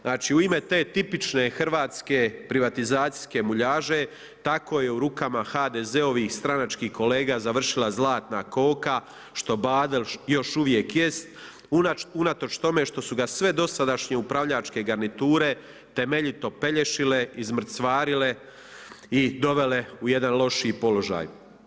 Znači u ime te tipične hrvatske privatizacijske muljaže, tako je u rukama HDZ-ovih stranačkih kolega završila zlatna koka što Badel još uvijek jest unatoč tome što su ga sve dosadašnje upravljačke garniture temeljito pelješile, izmrcvarile i dovele u jedan lošiji položaj.